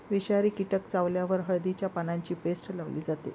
विषारी कीटक चावल्यावर हळदीच्या पानांची पेस्ट लावली जाते